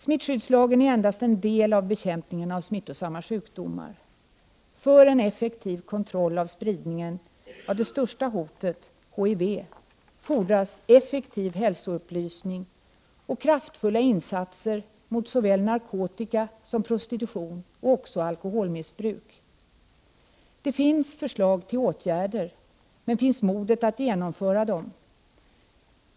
Smittskyddslagen är endast en del av bekämpningen av smittsamma sjukdomar. För en effektiv kontroll av spridningen av det största hotet, HTV, fordras effektiv hälsoupplysning och kraftfulla insatser mot såväl narkotika som prostitution och även alkoholmissbruk. Det finns förslag till åtgärder, men finns modet att genomföra dem?